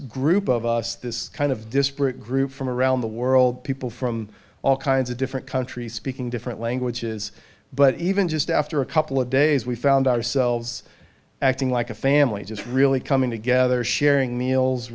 group of us this kind of disparate group from around the world people from all kinds of different countries speaking different languages but even just after a couple of days we found ourselves acting like a family just really coming together sharing meals